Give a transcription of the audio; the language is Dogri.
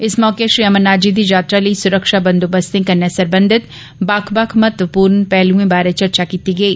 इस मौके श्री अमरनाथजी दी यात्रा लेई सुरक्षा बंदोबस्तें कन्नै सरबंधत बक्ख बक्ख महत्वपूर्ण पैहलुएं बारै चर्चा कीती गेई